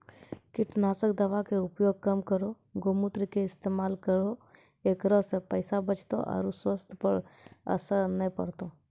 कीटनासक दवा के उपयोग कम करौं गौमूत्र के इस्तेमाल करहो ऐकरा से पैसा बचतौ आरु स्वाथ्य पर असर नैय परतौ?